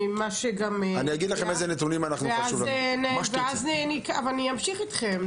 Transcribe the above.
אז אני אמשיך איתכם.